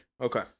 Okay